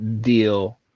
deal